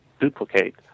duplicate